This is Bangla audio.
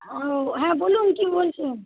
ও হ্যাঁ বলুন কি বলছেন